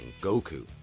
Goku